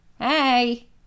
Hey